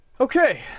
Okay